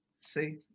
See